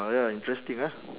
ya interesting ah